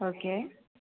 okay